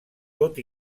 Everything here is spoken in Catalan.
tot